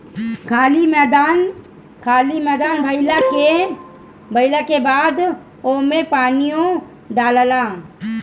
खाली मैदान भइला के बाद ओमे पानीओ डलाला